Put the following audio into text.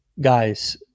guys